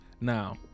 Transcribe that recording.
Now